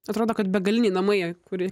atrodo kad begaliniai namai kur